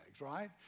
right